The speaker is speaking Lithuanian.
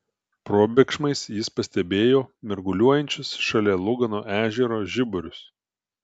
probėgšmais jis pastebėjo mirguliuojančius šalia lugano ežero žiburius